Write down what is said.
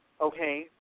Okay